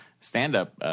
stand-up